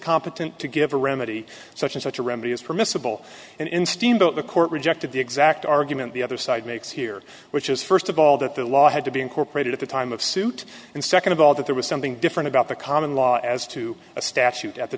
competent to give a remedy such as such a remedy is permissible and in steamboat the court rejected the exact argument the other side makes here which is first of all that the law had to be incorporated at the time of suit and second of all that there was something different about the common law as to a statute at the